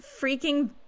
freaking